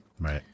Right